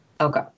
Okay